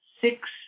six